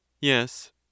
Yes